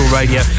radio